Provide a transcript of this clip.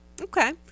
Okay